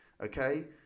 Okay